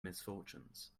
misfortunes